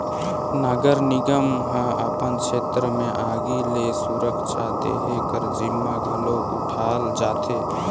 नगर निगम ह अपन छेत्र में आगी ले सुरक्छा देहे कर जिम्मा घलो उठाल जाथे